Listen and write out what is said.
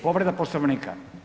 Povreda Poslovnika?